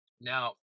Now